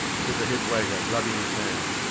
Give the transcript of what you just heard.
said the head waiter, rubbing his hands,